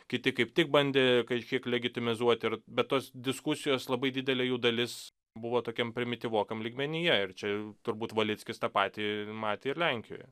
kiti kaip tik bandė šiaip legitimizuoti ir bet tos diskusijos labai didelė jų dalis buvo tokiam primityvokam lygmenyje ir čia turbūt valickis tą patį matė ir lenkijoje